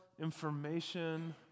information